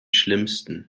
schlimmsten